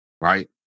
right